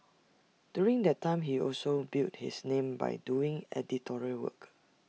during that time he also built his name by doing editorial work